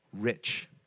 rich